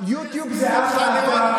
יוטיוב זה אחלה אתר.